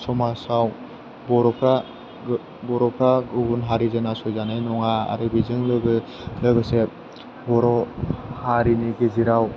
समाज आव बर'फ्रा गुबुन हारिजों नासयजानाय नङा आरो बिजों लोगोसे बर' हारिनि गेजेराव